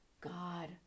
God